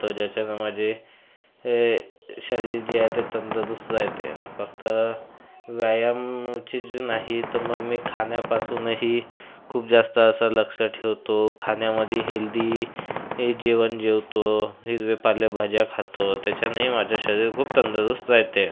तर ज्याच्यामुळे माझे शरीर जे आहे ते तंदुरुस्त रहाते आणि फक्त व्यायामचे जे नाही तर मग मी खाण्यापासूनही खूप जास्त असं लक्ष ठेवतो खाण्यामध्ये हेल्दी जेवण जेवतो हिरव्या पालेभाज्या खातो त्याच्यानेही माझं शरीर खूप तंदुरुस्त रहाते